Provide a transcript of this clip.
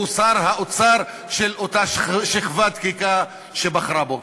הוא שר האוצר של אותה שכבה דקיקה שבחרה בו.